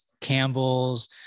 campbell's